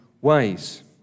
ways